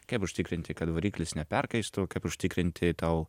kaip užtikrinti kad variklis neperkaistų kaip užtikrinti tau